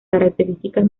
características